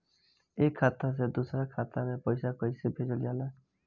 एक खाता से दूसरा खाता में पैसा कइसे भेजल जाला?